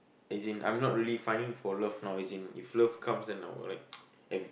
as in I'm not really finding for love now as in if love comes then I will like if